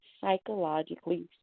psychologically